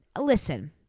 listen